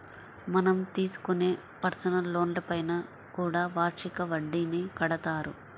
మనం తీసుకునే పర్సనల్ లోన్లపైన కూడా వార్షిక వడ్డీని కడతారు